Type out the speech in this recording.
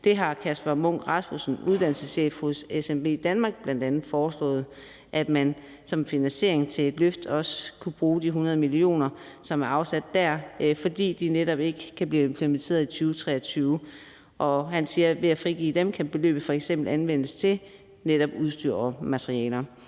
Kasper Munk Rasmussen hos SMVdanmark har bl.a. foreslået, at man som finansiering af et løft også kunne bruge de 100 mio. kr., som er afsat til klimaerhvervsskoler, fordi de netop ikke kan blive oprettet i 2023. Han siger, at ved at frigive det beløb kan det f.eks. anvendes til netop udstyr og materialer.